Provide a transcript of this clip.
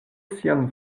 sian